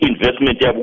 investment